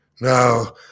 Now